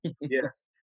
Yes